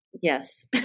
Yes